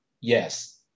yes